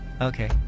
Okay